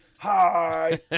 Hi